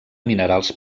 minerals